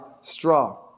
straw